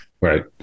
right